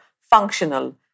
functional